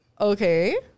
Okay